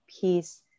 peace